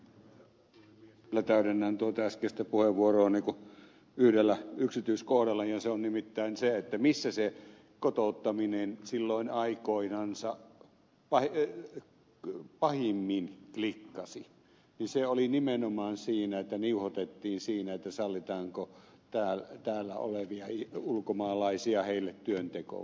vielä täydennän tuota äskeistä puheenvuoroani yhdellä yksityiskohdalla ja se on nimittäin se että missä se kotouttaminen aikoinansa pahimmin klikkasi niin se oli nimenomaan siinä että niuhotettiin siinä sallitaanko täällä oleville ulkomaalaisille työnteko vai ei